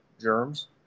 germs